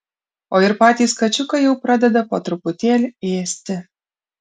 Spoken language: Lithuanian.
o ir patys kačiukai jau pradeda po truputėlį ėsti